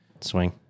Swing